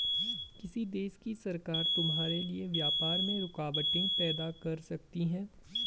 किसी देश की सरकार तुम्हारे लिए व्यापार में रुकावटें पैदा कर सकती हैं